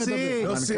יוסי.